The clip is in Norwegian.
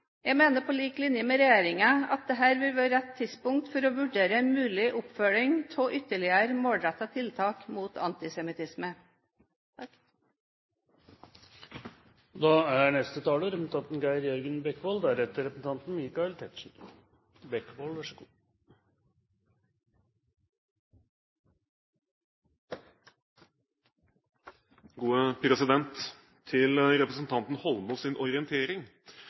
Jeg mener, på lik linje med regjeringen, at dette bør være rett tidspunkt for å vurdere mulig oppfølging av ytterligere målrettede tiltak mot antisemittisme. Til representanten Holmås’ orientering: